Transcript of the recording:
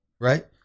right